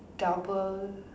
double